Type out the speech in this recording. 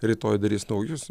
rytoj darys naujus